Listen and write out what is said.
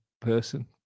person